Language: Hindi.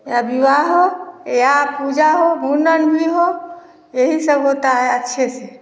या विवाह हो या पूजा हो मुंडन भी हो यही सब होता है अच्छे से